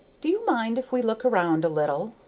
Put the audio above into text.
do you mind if we look round a little?